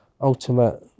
ultimate